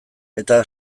eta